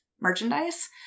merchandise